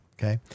Okay